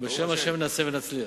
ובשם השם נעשה ונצליח.